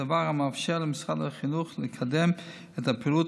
דבר המאפשר למשרד החינוך לקדם את הפעילות